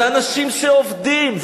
זה אנשים שעובדים,